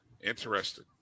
interesting